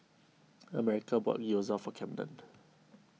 Americo bought Gyoza for Camden